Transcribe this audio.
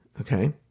okay